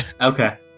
Okay